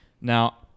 Now